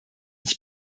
ich